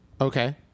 Okay